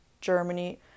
Germany